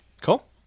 Cool